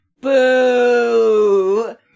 Boo